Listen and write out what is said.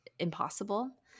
impossible